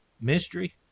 mystery